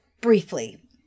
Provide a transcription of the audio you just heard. briefly